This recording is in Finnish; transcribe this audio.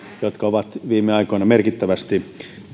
jotka ovat viime aikoina merkittävästi